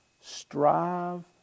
Strive